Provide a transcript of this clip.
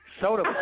Soda